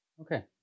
Okay